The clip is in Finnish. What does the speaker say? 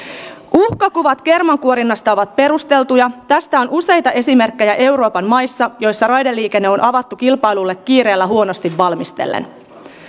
uhkakuvat kermankuorinnasta ovat perusteltuja tästä on useita esimerkkejä euroopan maissa joissa raideliikenne on avattu kilpailulle kiireellä huonosti valmistellen